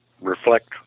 reflect